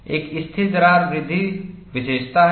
एक स्थिर दरार वृद्धि विशेषता है